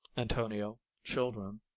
antonio, children,